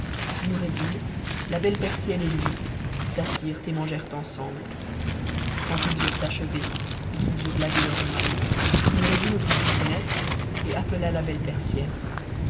noureddin la belle persienne et lui s'assirent et mangèrent ensemble quand ils eurent achevé et qu'ils eurent lavé ifu mains noureddin ouvrit une fenêtre et appela la belle persienne